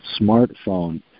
smartphone